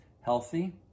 healthy